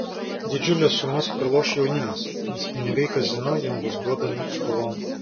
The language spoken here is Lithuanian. didžiules sumas praloš jaunimas nes pinigai kazino jiems bus duodami skolon